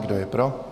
Kdo je pro?